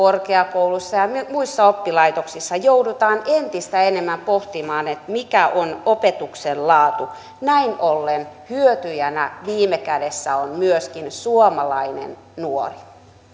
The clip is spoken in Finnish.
korkeakouluissa ja ja muissa oppilaitoksissa joudutaan entistä enemmän pohtimaan mitä on opetuksen laatu näin ollen hyötyjänä viime kädessä on myöskin suomalainen nuori